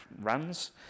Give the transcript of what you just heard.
runs